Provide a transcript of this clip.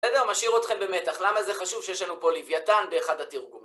בסדר, משאיר אתכם במתח, למה זה חשוב שיש לנו פה לוויתן באחד התרגומים.